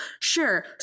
sure